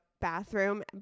bathroom